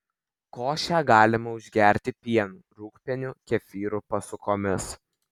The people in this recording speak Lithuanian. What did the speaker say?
košę galima užgerti pienu rūgpieniu kefyru pasukomis